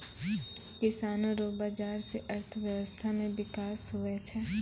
किसानो रो बाजार से अर्थव्यबस्था मे बिकास हुवै छै